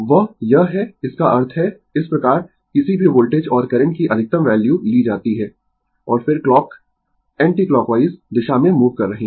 वह यह है इसका अर्थ है इस प्रकार किसी भी वोल्टेज और करंट की अधिकतम वैल्यू ली जाती है और फिर क्लॉक एंटीक्लॉकवाइज दिशा में मूव कर रहे है